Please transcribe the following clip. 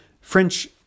french